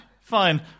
Fine